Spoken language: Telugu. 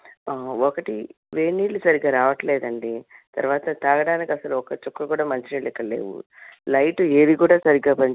ఒకటి వేడినీళ్ళు సరిగా రావట్లేదండి తరువాత తాగడానికి అసలు ఒక చుక్క కూడా మంచి నీళ్ళు ఇక్కడ లేవు లైట్ ఏదీ కూడా సరిగా పని చే